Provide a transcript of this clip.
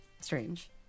strange